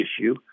issue